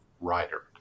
writer